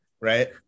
right